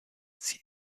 sie